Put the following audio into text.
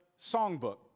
songbook